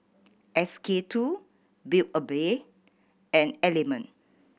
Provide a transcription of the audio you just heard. S K Two Build A Bear and Element